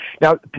Now